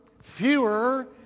Fewer